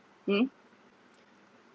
hmm